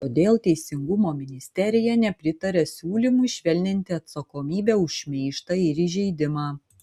kodėl teisingumo ministerija nepritaria siūlymui švelninti atsakomybę už šmeižtą ir įžeidimą